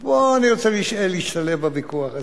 ופה אני רוצה להשתלב בוויכוח.